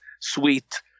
sweet